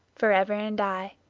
forever and aye.